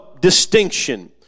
distinction